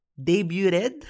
debuted